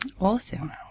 Awesome